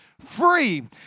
free